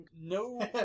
No